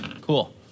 Cool